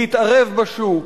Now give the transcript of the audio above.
להתערב בשוק.